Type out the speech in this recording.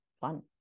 fun